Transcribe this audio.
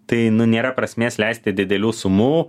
tai nu nėra prasmės leisti didelių sumų